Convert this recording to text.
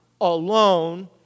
alone